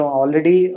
already